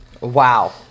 Wow